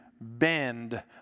bend